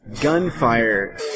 gunfire